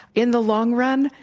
in the long run,